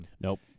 Nope